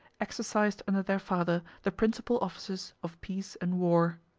exercised under their father the principal offices of peace and war.